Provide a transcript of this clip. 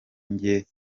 njye